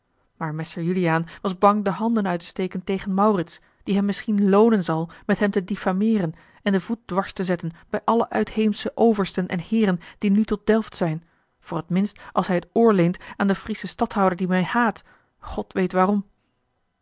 maar messer juliaan was bang de handen uit te steken tegen maurits die hem misschien loonen zal met hem te diffameeren en den voet dwars te zetten bij alle uitheemsche oversten en heeren die nu tot delft zijn voor t minst als hij het oor leent aan den frieschen stadhouder die mij haat god weet waarom